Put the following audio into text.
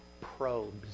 probes